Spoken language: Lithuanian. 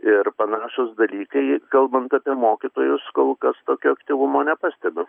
ir panašūs dalykai kalbant apie mokytojus kol kas tokio aktyvumo nepastebiu